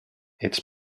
its